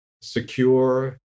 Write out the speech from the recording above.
secure